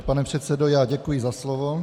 Pane předsedo, děkuji za slovo.